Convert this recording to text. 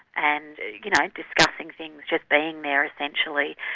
and you know discussing things, just being there essentially.